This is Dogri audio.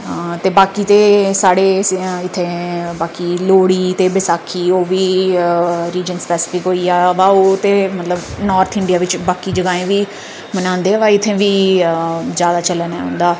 ते बाकी दे साढ़े इत्थै लोह्ड़ी बसाखी ओह् बी रिजन स्पैसिफिक होई गेआ अवा ओह ते नार्थ इंडिया बिच बाकी जगहें बी मनांदे ब इत्थै बी जैदा चलन ऐ उं'दा